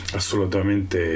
assolutamente